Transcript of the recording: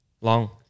Long